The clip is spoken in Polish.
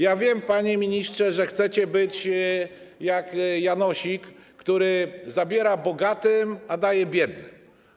Ja wiem, panie ministrze, że chcecie być jak Janosik, który zabiera bogatym, a daje biednym.